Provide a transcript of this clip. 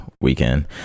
weekend